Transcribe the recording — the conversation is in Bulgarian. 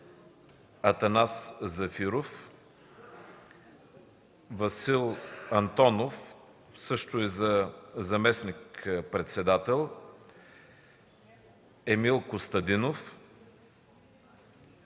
Атанас Зафиров, Васил Антонов – и за заместник-председател, Емил Костадинов,